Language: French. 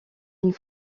une